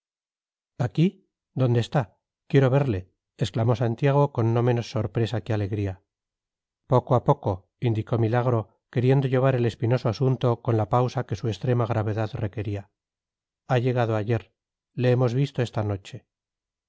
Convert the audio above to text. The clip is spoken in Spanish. aquí dónde está quiero verle exclamó santiago con no menos sorpresa que alegría poco a poco indicó milagro queriendo llevar el espinoso asunto con la pausa que su extrema gravedad requería ha llegado ayer le hemos visto esta noche